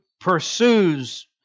pursues